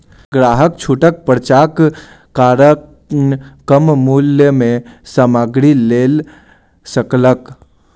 ग्राहक छूटक पर्चाक कारण कम मूल्य में सामग्री लअ सकल